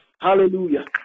Hallelujah